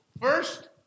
first